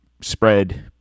spread